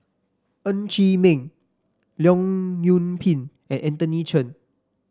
Ng Chee Meng Leong Yoon Pin and Anthony Chen